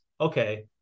okay